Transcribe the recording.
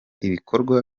ibikorwa